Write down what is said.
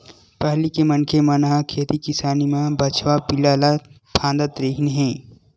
पहिली के मनखे मन ह खेती किसानी म बछवा पिला ल फाँदत रिहिन हे